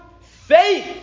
faith